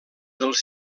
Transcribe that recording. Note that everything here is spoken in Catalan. dels